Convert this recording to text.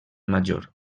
major